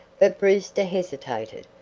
but brewster hesitated,